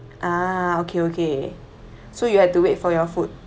ah okay okay so you had to wait for your food